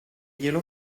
glielo